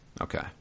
Okay